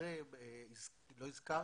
במקרה לא הזכרתי,